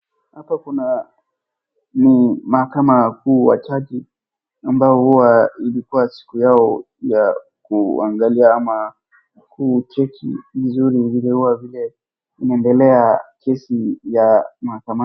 Hapa kuna ni mahakama kuu ya Chati ambayo huwa ilikuwa siku yao ya kuangalia ama kucheki vizuri vile huwa vinaendelea kesi ya mahakama.